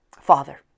Father